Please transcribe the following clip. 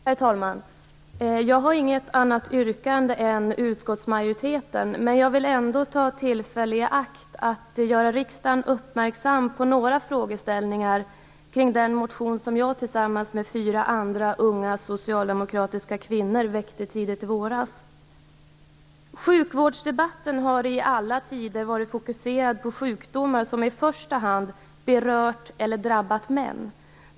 Herr talman! Jag har inget annat yrkande än utskottsmajoriteten, men jag vill ändå ta tillfället i akt att göra riksdagen uppmärksam på några frågeställningar som rör den motion som jag, tillsammans med fyra andra unga socialdemokratiska kvinnor, väckte tidigt i våras. Sjukvårdsdebatten har i alla tider varit fokuserad på sjukdomar som i första hand har berört eller drabbat män.